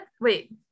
wait